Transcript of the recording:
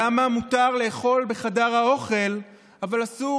למה מותר לאכול בחדר האוכל אבל אסור